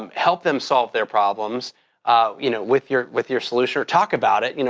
um help them solve their problems you know with your with your solution, talk about it, you know